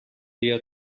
dia